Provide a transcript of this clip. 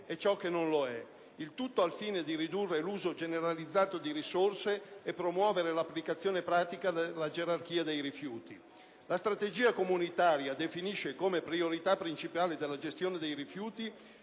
e ciò che non lo è, il tutto al fine di ridurre l'uso generalizzato di risorse e promuovere l'applicazione pratica della gerarchia dei rifiuti. La strategia comunitaria definisce come priorità principale della gestione dei rifiuti